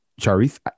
Charith